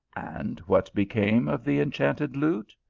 and what became of the enchanted lute?